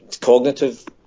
cognitive